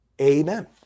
Amen